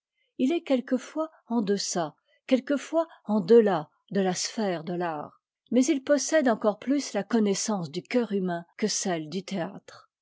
il est quelquefois en deçà quelquefois en de à de ta sphère de fart mais il possède encore plus la connaissance du coeur humain que celle du théâtre